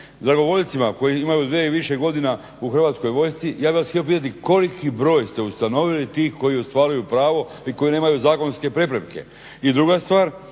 dragovoljcima koji imaju dvije ili više godina u Hrvatskoj vojsci ja bih vas htio pitati koliki broj ste ustanovili tih koji ostvaruju pravo i koji nemaju zakonske prepreke? I druga stvar,